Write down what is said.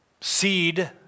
seed